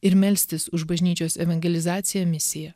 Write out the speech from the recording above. ir melstis už bažnyčios evangelizaciją misiją